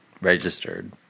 registered